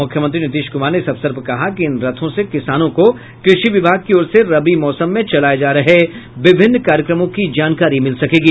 मुख्यमंत्री नीतीश कुमार ने इस अवसर पर कहा कि इन रथों से किसानों को कृषि विभाग की ओर से रबी मौसम में चलाए जा रहे विभिन्न कार्यक्रमों की जानकारी मिल सकेगी